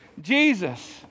Jesus